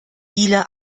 viele